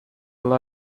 still